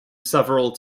several